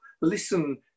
listen